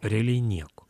realiai nieko